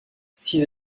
six